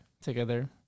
together